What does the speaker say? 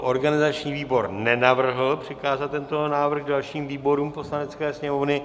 Organizační výbor nenavrhl přikázat tento návrh dalším výborům Poslanecké sněmovny.